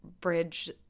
bridge